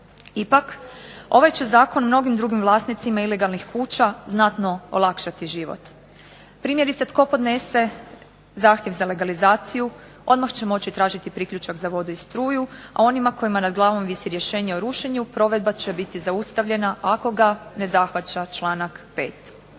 Ipak ovaj će zakon mnogim drugim vlasnicima ilegalnih kuzća znatno olakšati život. Primjerice tko podnese zahtjev za legalizaciju, odmah će moći tražiti priključak za vodu i struju, a onima kojima nad glavom visi rješenje o rušenju provedba će biti zaustavljena ako ga ne zahvaća članak 5.